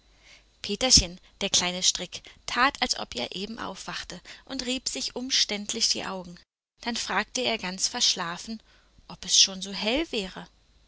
peterchen der kleine strick tat als ob er eben aufwachte und rieb sich umständlich die augen dann fragte er ganz verschlafen ob es schon so hell wäre